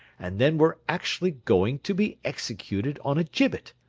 and then were actually going to be executed on a gibbet.